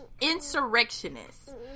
insurrectionist